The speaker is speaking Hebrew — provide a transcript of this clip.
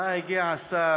אה, הגיע השר